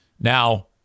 Now